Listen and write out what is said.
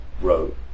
Road